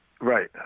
Right